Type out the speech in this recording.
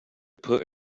put